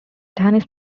tennis